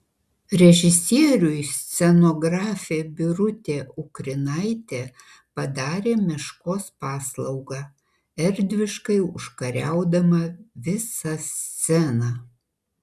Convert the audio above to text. režisieriui scenografė birutė ukrinaitė padarė meškos paslaugą erdviškai užkariaudama visą sceną